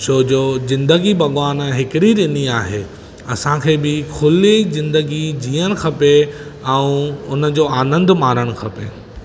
छोजो ज़िंदगी भॻिवान हिकड़ी ॾिनी आहे असांखे बि खुली ज़िंदगी जीअण खपे ऐं उन जो आनंद मारणु खपे